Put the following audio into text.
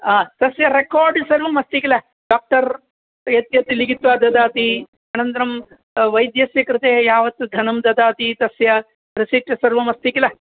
तस्य रेकार्ड् सर्वम् अस्ति किल डाक्टर् यद्यपि लिखित्वा ददाति अनन्तरं वैद्यस्य कृते यावत् धनं ददाति तस्य रिसिप्ट् सर्वम् अस्ति किल